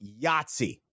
Yahtzee